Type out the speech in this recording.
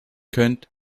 könnt